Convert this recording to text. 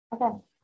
Okay